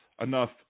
enough